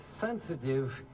Sensitive